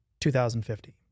2050